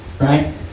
right